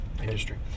industry